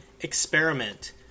Experiment